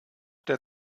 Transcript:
der